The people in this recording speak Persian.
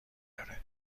داره